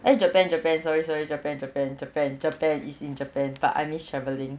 eh japan japan sorry sorry japan japan japan japan it' in japan but I miss travelling